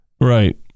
right